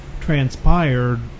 transpired